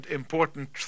important